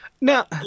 now